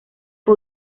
fue